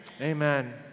Amen